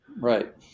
Right